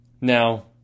Now